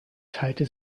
teilte